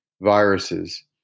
viruses